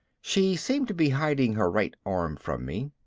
she seemed to be hiding her right arm from me.